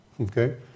Okay